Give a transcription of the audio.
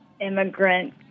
immigrant